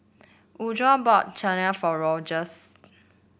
Woodrow bought Chigenabe for Rogers